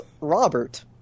Robert